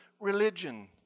religion